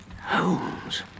Holmes